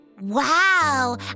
Wow